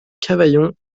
cavaillon